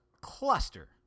cluster